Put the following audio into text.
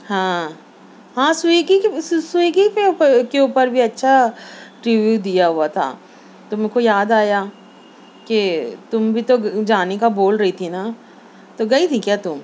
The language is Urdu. ہاں ہاں سویگی سویگی کے اوپر کے اوپر بھی اچھا ریویو دیا ہوا تھا تو میرے کو یاد آیا کہ تم بھی تو جانے کا بول رہی تھی نا تو گئی تھی کیا تم